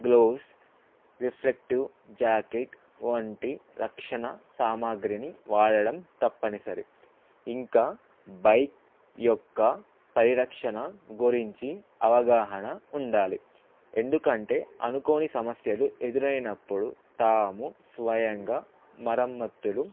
gloves reflective jacket వంటి రక్షణ సామాగ్రిని వాడడం తప్పనిసరి ఇంకా బైక్ యొక్క పరిరక్షణ గురించి అవగాహన ఉండాలి ఎందుకంటే అనుకోని సమస్యలు ఎదురైనప్పుడు తాము స్వయంగా మరమత్తులు